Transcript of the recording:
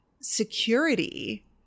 security